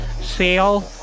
sale